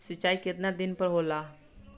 सिंचाई केतना दिन पर होला?